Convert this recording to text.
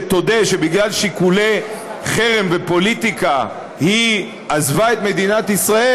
שתודה שבגלל שיקולי חרם ופוליטיקה היא עזבה את מדינת ישראל,